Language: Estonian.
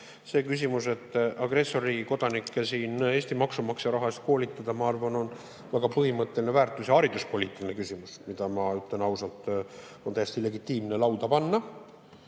See küsimus, kas agressorriigi kodanikke siin Eesti maksumaksja raha eest koolitada, ma arvan, on väga põhimõtteline väärtus‑ ja hariduspoliitiline küsimus, mida, ma ütlen ausalt, on täiesti legitiimne lauda panna. Sama